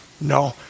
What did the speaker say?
No